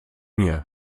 mir